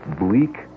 bleak